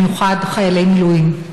במיוחד של חיילי מילואים?